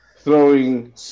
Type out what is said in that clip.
Throwing